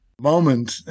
moment